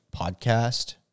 podcast